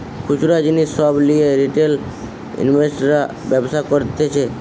খুচরা জিনিস সব লিয়ে রিটেল ইনভেস্টর্সরা ব্যবসা করতিছে